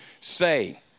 say